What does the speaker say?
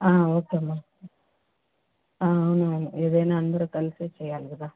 ఆ ఓకే అమ్మా అవునవును ఏదైనా అందరూ కలిసే చేయాలి కదా